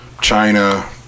China